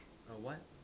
a what